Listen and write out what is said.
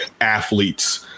athletes